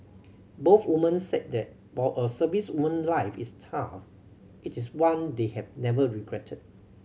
both women said that while a servicewoman life is tough it is one they have never regretted